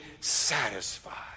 satisfied